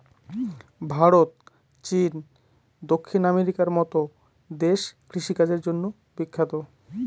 ভারত, চীন, দক্ষিণ আমেরিকার মতো দেশ কৃষিকাজের জন্য বিখ্যাত